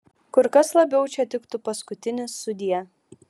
kur kas labiau čia tiktų paskutinis sudie